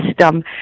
system